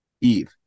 Eve